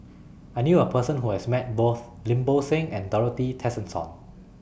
I knew A Person Who has Met Both Lim Bo Seng and Dorothy Tessensohn